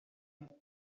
montan